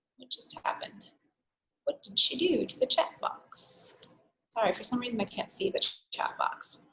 it just happened what did she do to the chat box alright for some reason i can't see the chat box